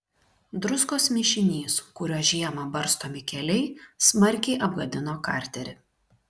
druskos mišinys kuriuo žiemą barstomi keliai smarkiai apgadino karterį